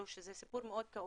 סיפור מאוד כאוב,